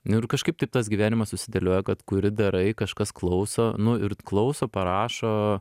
nu ir kažkaip taip tas gyvenimas susidėlioja kad kuri darai kažkas klauso nu ir klauso parašo